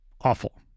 Awful